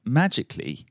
magically